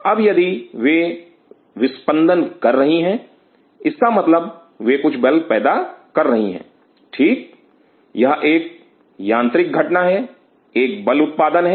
अब यदि वे विस्पंदन कर रही हैं इसका मतलब वे कुछ बल पैदा कर रही हैं ठीक यह एक यांत्रिक घटना है एक बल उत्पादन है